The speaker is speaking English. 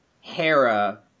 Hera